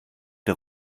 der